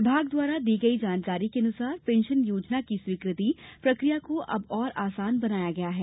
विभाग द्वारा दी गई जानकारी के अनुसार पेंशन योजना की स्वीकृति प्रकिया को भी अब आसान बनाया गया है